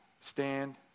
stand